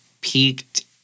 peaked